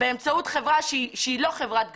באמצעות חברה שהיא לא חברת גבייה,